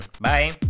bye